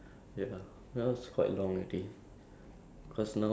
ya got a lot of new stuff I also don't know I last I went was